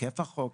היקף החוק,